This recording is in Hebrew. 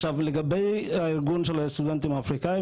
עכשיו לגבי הארגון של הסטודנטים האפריקאים